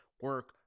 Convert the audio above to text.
Work